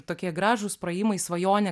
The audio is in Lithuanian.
tokie gražūs praėjimai svajonė